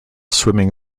swimming